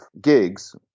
gigs